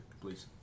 please